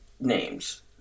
names